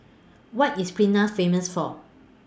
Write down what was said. What IS Pristina Famous For